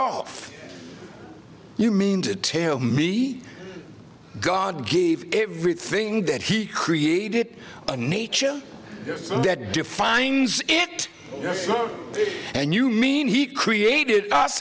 off you mean to tail me god gave everything that he created a nature that defines it and you mean he created us